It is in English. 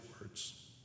words